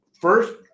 first